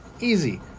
easy